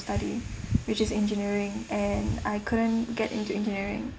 study which is engineering and I couldn't get into engineering